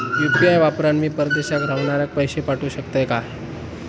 UPI वापरान मी परदेशाक रव्हनाऱ्याक पैशे पाठवु शकतय काय?